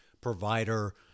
provider